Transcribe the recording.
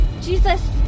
Jesus